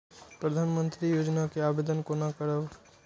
प्रधानमंत्री योजना के आवेदन कोना करब?